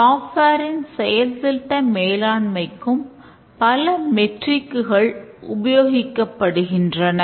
software உபயோகிக்கப்படுகிறன